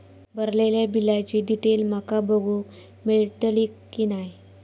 भरलेल्या बिलाची डिटेल माका बघूक मेलटली की नाय?